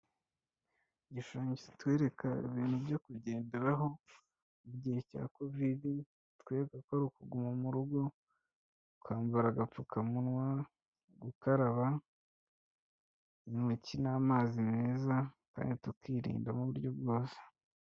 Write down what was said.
Igishushanyo kitwereka ibintu byo kugenderaho mu gihe cya kovide kitwereka ko ari ukuguma mu rugo, ukambara agapfukamunwa, gukaraba intoki n'amazi meza kandi tukirinda mu buryo bwose.